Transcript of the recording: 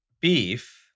Beef